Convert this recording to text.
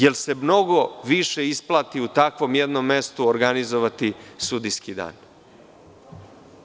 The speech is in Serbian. Da li se mnogo više isplati u takvom jednom mestu organizovati sudijske dane?